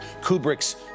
Kubrick's